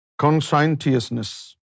Conscientiousness